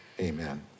amen